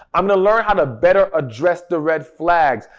i'm going to learn how to better address the red flags.